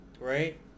right